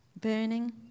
burning